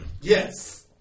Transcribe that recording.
Yes